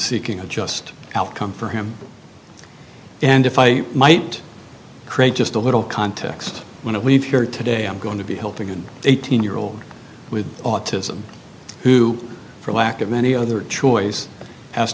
seeking a just outcome for him and if i might create just a little context when i leave here today i'm going to be helping an eighteen year old with autism who for lack of any other choice has